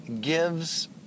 gives